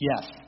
Yes